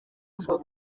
ubwo